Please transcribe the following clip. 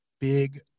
big